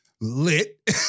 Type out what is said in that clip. lit